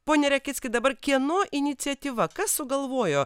pone rakicki dabar kieno iniciatyva kas sugalvojo